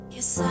Yes